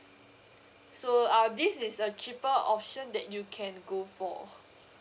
so uh this is a cheaper option that you can go for